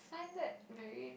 find that very